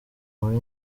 muri